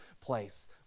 place